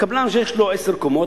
קבלן שיש לו עשר קומות,